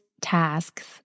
tasks